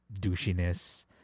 douchiness